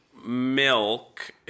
milk